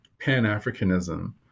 Pan-Africanism